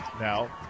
now